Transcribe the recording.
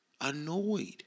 annoyed